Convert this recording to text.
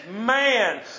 man